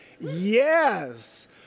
Yes